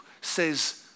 says